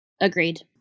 Agreed